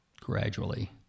Gradually